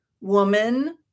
woman